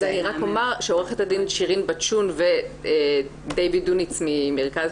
אני רק אומר שעו"ד שירין בצ'ון ודויד דוניץ ממרכז